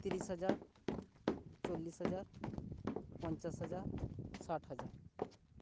ᱛᱤᱨᱤᱥ ᱦᱟᱡᱟᱨ ᱪᱚᱞᱞᱤᱥ ᱦᱟᱡᱟᱨ ᱯᱚᱧᱪᱟᱥ ᱦᱟᱡᱟᱨ ᱥᱟᱴ ᱦᱟᱡᱟᱨ